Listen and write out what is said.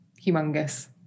humongous